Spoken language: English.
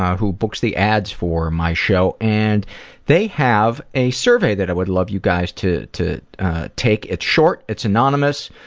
who books the ads for my show and they have a survey that i would love you guys to to take. it's short, it's anonymous,